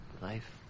Life